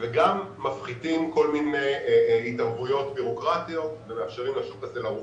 וגם מפחיתים כל מיני התערבויות בירוקרטיות ומאפשרים לשוק הזה לרוץ.